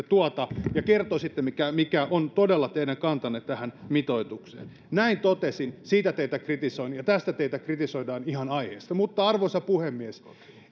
tuota ja kertoisitte mikä mikä on todella teidän kantanne tähän mitoitukseen näin totesin siitä teitä kritisoin ja tästä teitä kritisoidaan ihan aiheesta arvoisa puhemies